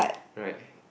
right